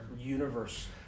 universe